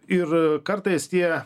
ir kartais tie